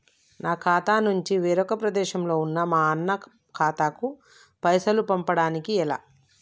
నా ఖాతా నుంచి వేరొక ప్రదేశంలో ఉన్న మా అన్న ఖాతాకు పైసలు పంపడానికి ఎలా?